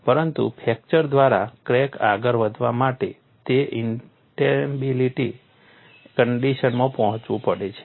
પરંતુ ફ્રેક્ચર દ્વારા ક્રેક આગળ વધવા માટે તે ઇન્સ્ટેબિલિટી કન્ડિશનમાં પહોંચવું પડે છે